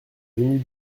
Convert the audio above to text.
venue